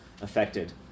affected